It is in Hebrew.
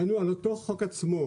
ענו על אותו החוק עצמו,